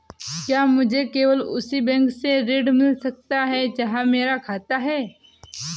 क्या मुझे केवल उसी बैंक से ऋण मिल सकता है जहां मेरा खाता है?